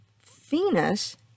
Venus